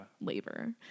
Labor